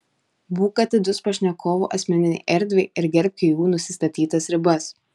būk atidus pašnekovų asmeninei erdvei ir gerbki jų nusistatytas ribas